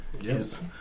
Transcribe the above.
Yes